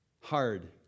hard